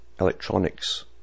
Electronics